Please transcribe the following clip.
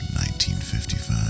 1955